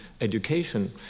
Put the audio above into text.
education